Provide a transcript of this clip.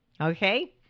Okay